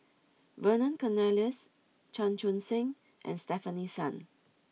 Vernon Cornelius Chan Chun Sing and Stefanie Sun